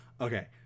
Okay